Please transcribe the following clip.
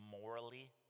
morally